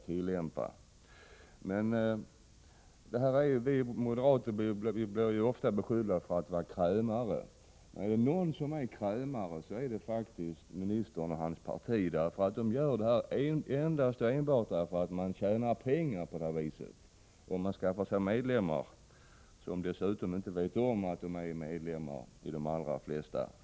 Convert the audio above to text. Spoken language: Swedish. Vi moderater blir ofta beskyllda för att vara krämare. Är det några som : kan kallas krämare är det faktiskt ministern och hans parti. De gör på det här sättet enbart därför att man tjänar pengar om man skaffar sig medlemmar — som dessutom i de allra flesta fall inte vet om att de är medlemmar.